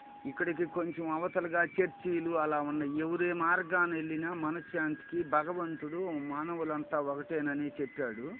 ఇక్కడికి కొంచెం అవతలిగా చర్చీలు అలా ఉన్నాయి ఎవరు ఏ మార్గాన వెళ్ళినా మనశ్శాంతికి భగవంతుడు మానవులు అంతా ఒకటేనని చెప్పాడు